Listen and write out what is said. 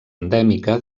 endèmica